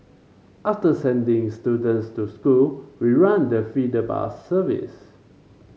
after sending students to school we run the feeder bus service